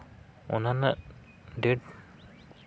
ᱚᱱᱟ ᱨᱮᱱᱟᱜ ᱰᱮᱴ